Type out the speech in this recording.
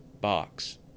box